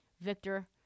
Victor